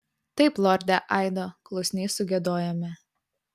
taip lorde aido klusniai sugiedojome